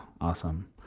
Awesome